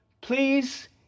please